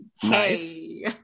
Hey